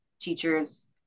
teachers